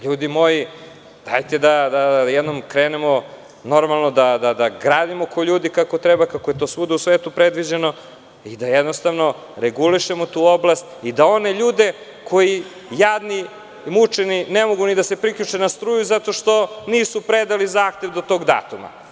Ljudi, dajte da jednom krenemo normalno da gradimo ko ljudi, kako treba i kako je to svuda u svetu predviđeno i da regulišemo tu oblast i da ne mučimo one ljude koji ne mogu da se priključe ni na struju, zato što nisu predali zahtev do tog datuma.